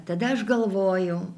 tada aš galvojau